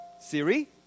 Siri